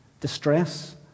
distress